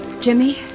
Jimmy